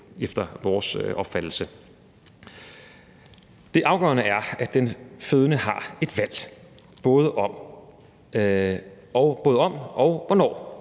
eller barselshotel. Det afgørende er, at den fødende har et valg, både om og hvornår